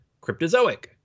Cryptozoic